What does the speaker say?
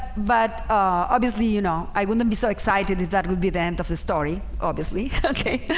but obviously, you know, i wouldn't be so excited if that would be the end of the story obviously, okay?